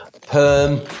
Perm